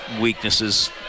weaknesses